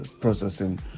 processing